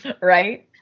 Right